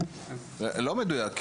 לא מדויק.